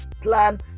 Plan